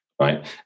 Right